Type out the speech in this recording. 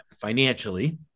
financially